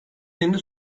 ayında